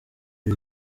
ibi